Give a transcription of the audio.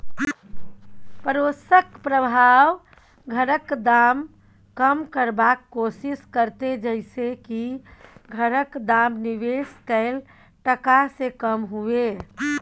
पडोसक प्रभाव घरक दाम कम करबाक कोशिश करते जइसे की घरक दाम निवेश कैल टका से कम हुए